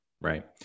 Right